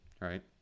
right